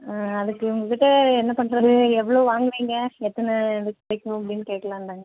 ஆ அதுக்கு உங்ககிட்டே என்ன பண்ணுறது எவ்வளோ வாங்குவீங்க எத்தனை கிடைக்கும் அப்படின்னு கேட்கலதாங்க